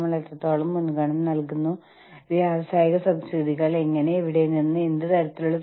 നമ്മൾ നിരന്തരം ആളുകളോട് നമുക്കറിയാവുന്നതിനെ പറ്റിയും നമ്മൾ പഠിക്കുന്നതിനെ പറ്റിയുമെല്ലാം പറയുന്നു